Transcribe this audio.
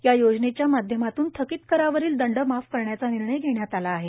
या योजनेच्या माध्यमातून थकीत करावरील दंड माफ करण्याचा निर्णय घेतला आहे